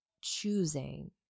choosing